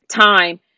time